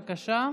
בבקשה.